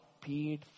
paid